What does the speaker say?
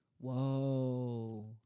Whoa